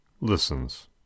listens